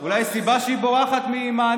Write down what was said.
אולי יש סיבה שהיא בורחת ממענה?